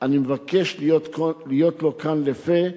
אני מבקש להיות לו כאן לפה,